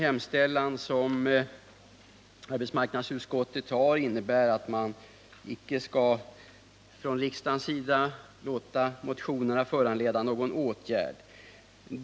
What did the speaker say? Arbetsmarknadsutskottet hemställer att motionen inte föranleder någon riksdagens åtgärd.